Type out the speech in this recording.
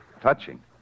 touching